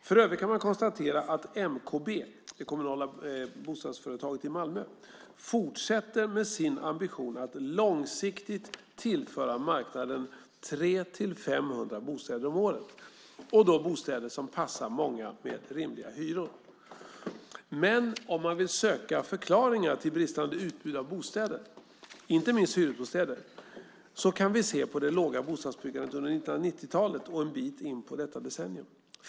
För övrigt kan man konstatera att MKB, det kommunala bostadsföretaget i Malmö, fortsätter med sin ambition att långsiktigt tillföra marknaden 300-500 bostäder om året, och då är det bostäder som passar många och med rimliga hyror. Men om man vill söka förklaringar till bristande utbud av bostäder, inte minst hyresbostäder, kan vi se på det låga bostadsbyggandet under 1990-talet och en bit in på detta decennium.